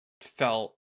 felt